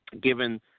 given